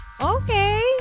Okay